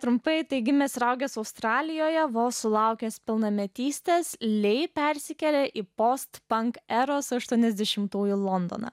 trumpai tai gimęs ir augęs australijoje vos sulaukęs pilnametystės lei persikėlė į post pank eros aštuoniasdešimtųjų londoną